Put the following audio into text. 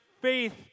faith